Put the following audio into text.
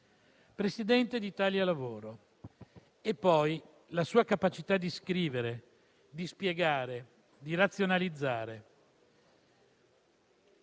presidente di «Italia Lavoro» e ricordo, inoltre, la sua capacità di scrivere, di spiegare, di razionalizzare.